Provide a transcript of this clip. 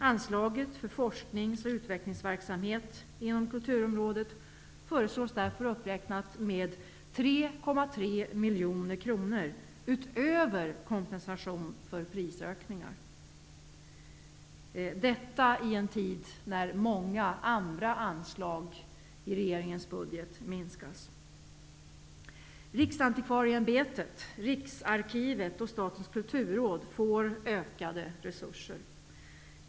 Anslaget för forsknings och utvecklingsverksamhet inom kulturområdet föreslås därför uppräknat med 3,3 miljoner kronor utöver kompensation för prisökningar. Detta sker i en tid då många andra anslag i regeringens budget minskas. Riksantikvarieämbetet, Riksarkivet och Statens kulturråd får ökade resurser.